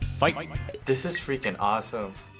fight! like like this is freaking awesome.